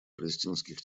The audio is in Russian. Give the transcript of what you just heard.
палестинских